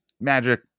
magic